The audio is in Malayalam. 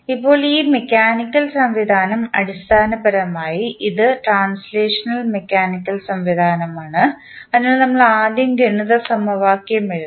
ഇപ്പോൾ ഈ മെക്കാനിക്കൽ സംവിധാനം അടിസ്ഥാനപരമായി ഇത് ട്രാൻസ്ലേഷണൽ മെക്കാനിക്കൽ സംവിധാനമാണ് അതിനാൽ നമ്മൾ ആദ്യം ഗണിത സമവാക്യം എഴുതണം